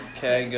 Okay